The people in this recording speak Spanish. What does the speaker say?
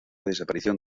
desaparición